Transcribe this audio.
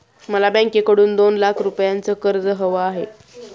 मला बँकेकडून दोन लाख रुपयांचं कर्ज हवं आहे